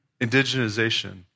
Indigenization